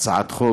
הצעת חוק,